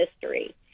history